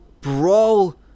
brawl